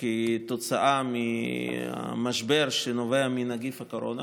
כתוצאה מהמשבר שנובע מנגיף הקורונה,